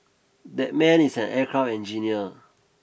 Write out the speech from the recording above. that man is an aircraft engineer